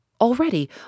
Already